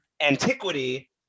antiquity